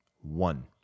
one